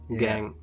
gang